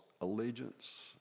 allegiance